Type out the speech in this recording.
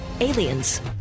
Aliens